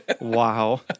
Wow